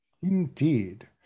Indeed